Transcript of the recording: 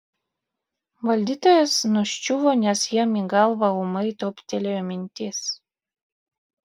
valdytojas nuščiuvo nes jam į galvą ūmai toptelėjo mintis